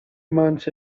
months